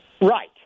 right